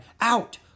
Out